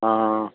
ആ